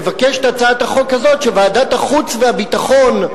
מבקשת הצעת החוק הזאת שוועדת החוץ והביטחון,